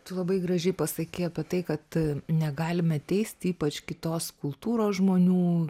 tu labai gražiai pasakei apie tai kad negalime teisti ypač kitos kultūros žmonių